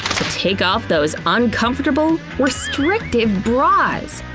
to take off those uncomfortable, restrictive bras!